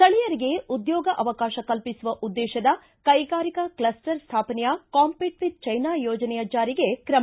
ಸ್ವಳೀಯರಿಗೆ ಉದ್ಯೋಗಾವಕಾಶ ಕಲ್ಪಿಸುವ ಉದ್ಯೇಶದ ಕೈಗಾರಿಕಾ ಕ್ಷಸ್ವರ ಸ್ಥಾಪನೆಯ ಕಾಂಪೀಟ್ ವಿತ್ ಚೈನಾ ಯೋಜನೆಯ ಜಾರಿಗೆ ಕ್ರಮ